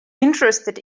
interested